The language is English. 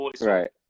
right